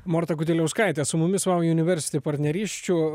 morta gudeliauskaitė su mumis vau universiti partnerysčių